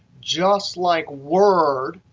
just like word,